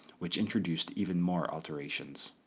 which introduced even more alterations.